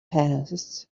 passed